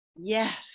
Yes